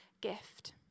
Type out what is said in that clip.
gift